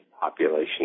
population